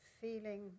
feeling